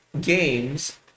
games